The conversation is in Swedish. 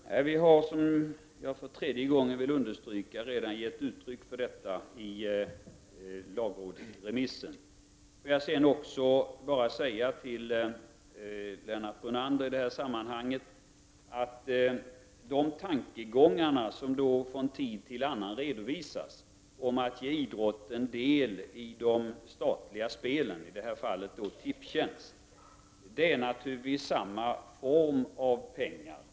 Herr talman! Vi har, som jag nu för tredje gången vill understryka, redan gett uttryck för detta i lagrådsremissen. Får jag sedan bara säga till Lennart Brunander i det här sammanhanget att när det gäller de tankegångar som man från tid till annan redovisar om att idrottsrörelsen skall få del av de statliga spelen, i detta fall av Tipstjänsts verksamhet, är det naturligtvis fråga om samma form av pengar.